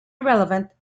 irrelevant